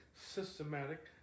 systematic